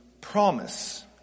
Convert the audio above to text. promise